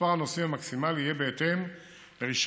מספר הנוסעים המקסימלי יהיה בהתאם לרישיון